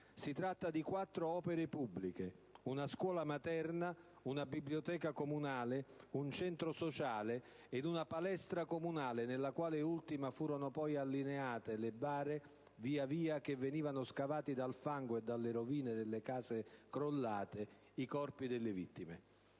Si tratta di quattro opere pubbliche: una scuola materna, una biblioteca comunale, un centro sociale ed una palestra comunale, nella quale furono poi allineate le bare via via che venivano scavati dal fango e dalle rovine delle case crollate i corpi delle vittime.